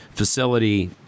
Facility